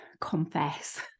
confess